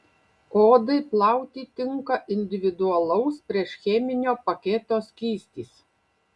odai plauti tinka individualaus priešcheminio paketo skystis